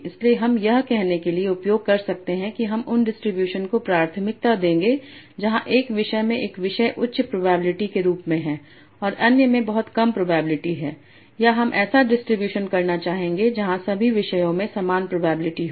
इसलिए हम यह कहने के लिए उपयोग कर सकते हैं कि हम उन डिस्ट्रीब्यूशन को प्राथमिकता देंगे जहां एक विषय में एक विषय उच्च प्रोबेबिलिटी के रूप में है और अन्य में बहुत कम प्रोबेबिलिटी है या हम ऐसा डिस्ट्रीब्यूशन करना चाहेंगे जहां सभी विषयों में समान प्रोबेबिलिटी हो